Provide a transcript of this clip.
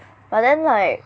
but then like